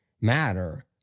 matter